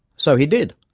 so he did!